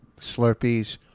Slurpees